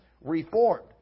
reformed